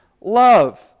love